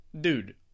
Dude